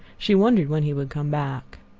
she wondered when he would come back.